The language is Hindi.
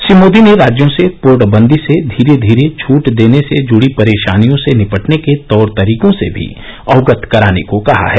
श्री मोदी ने राज्यों से पूर्णबंदी से धीरे धीरे छट देने से जुड़ी परेशानियों से निपटने के तौर तरीकों से भी अवगत कराने को कहा है